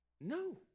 No